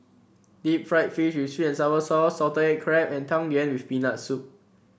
Deep Fried Fish with sweet and sour sauce Salted Egg Crab and Tang Yuen with Peanut Soup